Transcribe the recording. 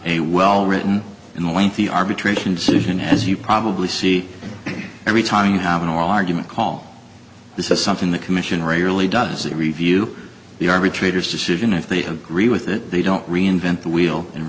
a well written in the lengthy arbitration decision as you probably see every time you have an oral argument call this is something the commission rarely does the review the arbitrator's decision if they agree with it they don't reinvent the wheel and